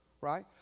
right